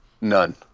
None